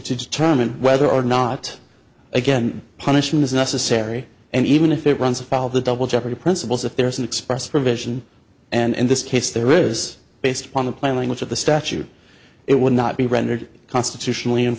to determine whether or not again punishment is necessary and even if it runs afoul of the double jeopardy principles if there is an express provision and in this case there is based upon the plain language of the statute it would not be rendered constitutionally